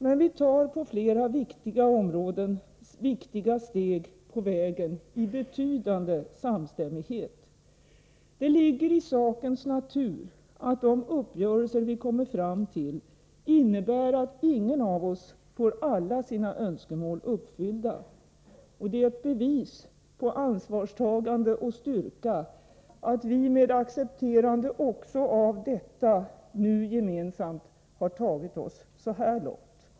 Men vi tar på flera områden viktiga steg på vägen i betydande samstämmighet. Det ligger i sakens natur att de uppgörelser vi kommer fram till innebär att ingen av oss får alla sina önskemål uppfyllda. Det är ett bevis på ansvarstagande och styrka att vi — med accepterande också av detta — nu gemensamt tagit oss så här långt.